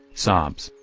sobs,